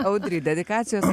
audry dedikacijos